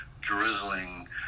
drizzling